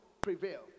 prevail